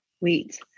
wait